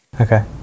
Okay